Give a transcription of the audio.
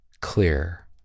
clear